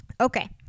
Okay